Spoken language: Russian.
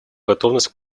готовность